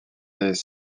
des